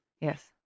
Yes